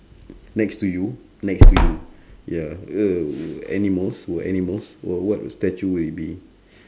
next to you next to you ya uh animals w~ animals w~ what statue would it be